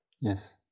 Yes